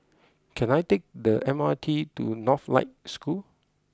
can I take the M R T to Northlight School